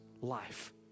life